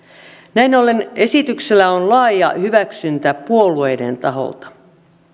näin ollen esityksellä on laaja hyväksyntä puolueiden taholta